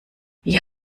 wie